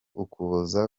ukuboza